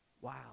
Wow